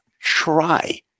try